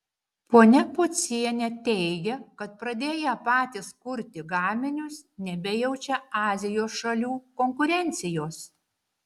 ponia pocienė teigia kad pradėję patys kurti gaminius nebejaučia azijos šalių konkurencijos